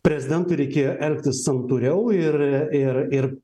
prezidentui reikėjo elgtis santūriau ir ir ir